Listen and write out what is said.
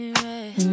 right